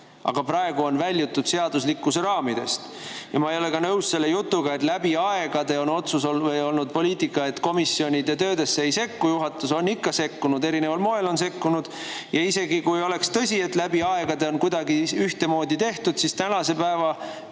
aga praegu on väljutud seaduslikkuse raamidest. Ma ei ole nõus selle jutuga, et läbi aegade on olnud poliitika, et komisjonide töösse ei sekkuta. Juhatus on ikka sekkunud, erineval moel on sekkunud. Isegi kui oleks tõsi, et läbi aegade on kuidagi ühtemoodi tehtud, siis tänase päeva